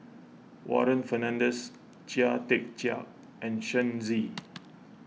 Warren Fernandez Chia Tee Chiak and Shen Xi